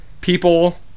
People